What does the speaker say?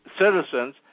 citizens